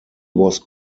was